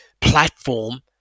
platform